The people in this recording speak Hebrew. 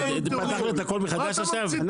פתחנו את הכול מחדש עכשיו?